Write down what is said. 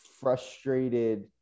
frustrated